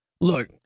Look